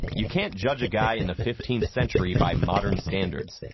you can't judge a guy in the fifteenth century by modern standards.